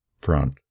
front